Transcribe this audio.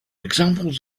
examples